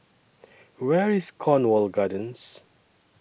Where IS Cornwall Gardens